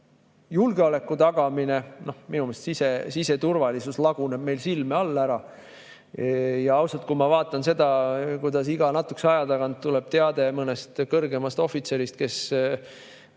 julgeoleku tagamine, minu meelest siseturvalisus laguneb meil silme all ära. Ausalt, kui ma vaatan, kuidas iga natukese aja tagant tuleb teade mõne kõrgema ohvitseri kohta,